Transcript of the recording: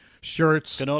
shirts